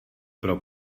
pro